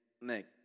Nick